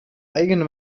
eigene